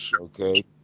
Okay